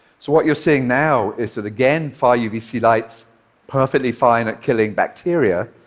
so what you're seeing now is that again, far-uvc light's perfectly fine at killing bacteria,